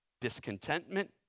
discontentment